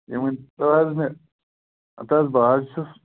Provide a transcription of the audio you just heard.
یہِ ؤنۍ تو حظ مےٚ ہَتہٕ حظ بہٕ حظ چھُس